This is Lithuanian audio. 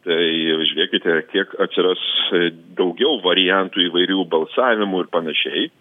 tai žiūrėkite kiek atsiras daugiau variantų įvairių balsavimų ir panašiai